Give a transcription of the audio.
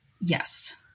Yes